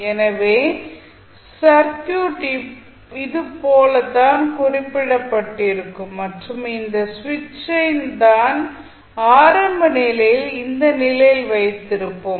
எனவே சர்க்யூட் இதுபோல் தான் குறிப்பிடப் பட்டிருக்கும் மற்றும் இந்த ஸ்விட்சை தான் ஆரம்ப நிலையில் இந்த நிலையில் வைத்து இருப்போம்